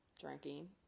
drinking